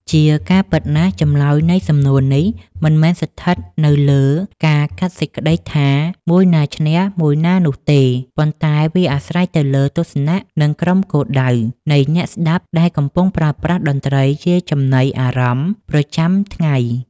ជាការពិតណាស់ ចម្លើយនៃសំណួរនេះមិនមែនស្ថិតនៅលើការកាត់សេចក្តីថា មួយណាឈ្នះមួយណានោះទេ ប៉ុន្តែវាអាស្រ័យទៅលើ ទស្សនៈ និង ក្រុមគោលដៅ នៃអ្នកស្ដាប់ដែលកំពុងប្រើប្រាស់តន្ត្រីជាចំណីអារម្មណ៍ប្រចាំថ្ងៃ។